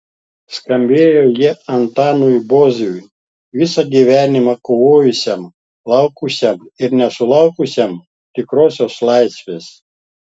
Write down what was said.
skambėjo jie antanui boziui visą gyvenimą kovojusiam laukusiam ir nesulaukusiam tikrosios laisvės